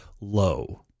low